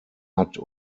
hat